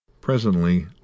Presently